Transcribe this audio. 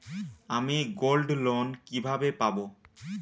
আমি গোল্ডলোন কিভাবে পাব?